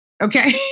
Okay